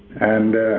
and